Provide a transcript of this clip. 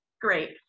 great